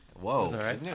Whoa